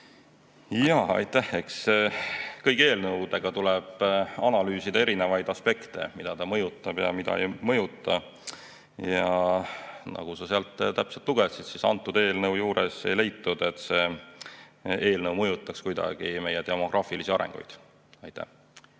Aitäh! Eks kõigi eelnõude puhul tuleb analüüsida erinevaid aspekte, mida ta mõjutab ja mida ei mõjuta. Nagu sa sealt täpselt lugesid, siis antud eelnõu juures ei leitud, et see eelnõu mõjutaks kuidagi meie demograafilisi arenguid. Aitäh!